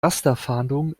rasterfahndung